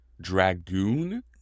Dragoon